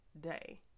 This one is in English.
day